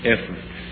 effort